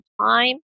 time